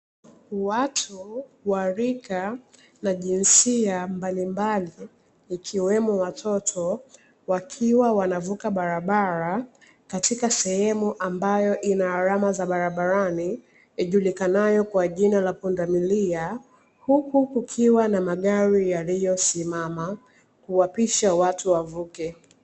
Watu wa rika na jinsia mbalimbali ikiwemo watoto, wakiwa wanavuka barabara katika sehemu ambayo ina alama za barabarani, ijulikanayo kwa jina la pundamilia, huku kukiwa na magari yaliyosimama, kuwapisha watu wavuke.